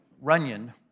Runyon